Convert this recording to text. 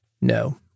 no